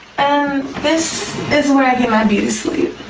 and this is where i get my beauty sleep.